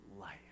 life